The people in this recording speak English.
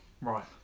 Right